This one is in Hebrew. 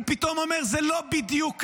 הוא פתאום אומר: זה לא בדיוק ככה.